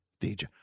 DJ